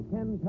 Ken